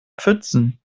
pfützen